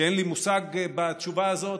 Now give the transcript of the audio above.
שאין לי מושג בתשובה הזאת,